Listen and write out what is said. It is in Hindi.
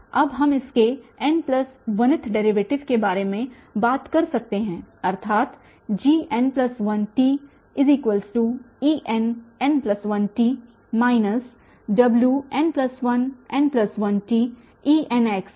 अब हम इसके n1 th डेरीवेटिव के बारे में बात कर सकते हैं अर्थात Gn1tEnn1t wn1n1tEnxwn1x है